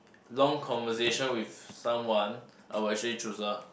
long conversation with someone I will actually choose her